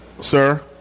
Sir